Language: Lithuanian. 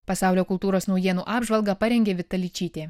pasaulio kultūros naujienų apžvalgą parengė vita ličytė